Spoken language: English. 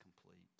complete